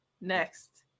next